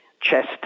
chest